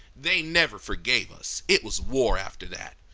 they never forgave us. it was war after that.